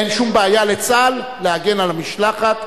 אין שום בעיה לצה"ל להגן על המשלחת.